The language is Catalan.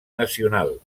nacional